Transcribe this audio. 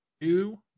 two